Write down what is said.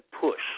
push